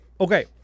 Okay